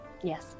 Yes